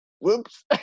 Whoops